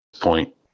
point